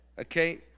okay